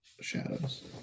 shadows